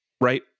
Right